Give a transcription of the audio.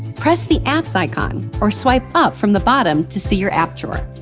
press the apps icon or swipe up from the bottom to see your app drawer.